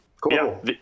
Cool